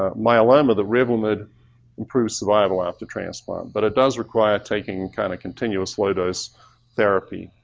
ah myeloma that revlimid improves survival after transplant, but it does require taking kind of continuous low dose therapy.